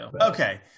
Okay